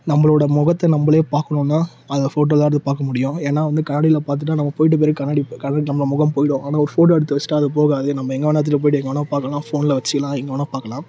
நம்பளோட முகத்த நம்பளே பார்க்கணுன்னா அதை ஃபோட்டோ தான் எடுத்து பார்க்க முடியும் ஏன்னா வந்து கண்ணாடியில பார்த்துட்டா நம்ப போயிட்ட பிறகு கண்ணாடி ப கண்ணாடியில நம்ப முகம் போயிடும் ஆனால் ஒரு ஃபோட்டோ எடுத்து வச்சிட்டா அது போகாது நம்ப எங்கே வேணா எடுத்துகிட்டு போயிவிட்டு எங்கே வேணா பார்க்கலாம் ஃபோனில் வச்சிக்கலாம் எங்கே வேணா பார்க்கலாம்